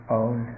own